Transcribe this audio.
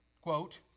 quote